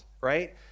right